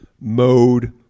mode